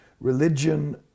Religion